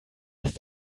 ist